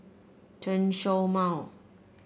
Chen Show Mao